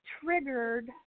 triggered